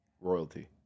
royalty